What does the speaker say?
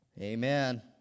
amen